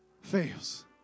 fails